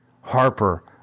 Harper